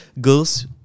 girls